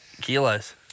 kilos